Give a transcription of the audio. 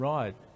Right